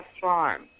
farm